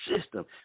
system